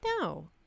No